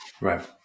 Right